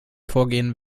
vorgehen